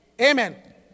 Amen